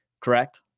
correct